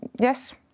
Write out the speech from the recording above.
yes